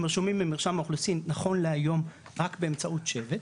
הם רשומים ממרשם האוכלוסין נכון להיום רק באמצעות שבט,